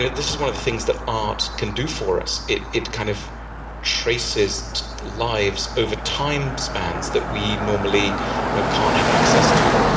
this is one of the things that art can do for us. it it kind of traces lives over timespans that we normally you know can't have access to.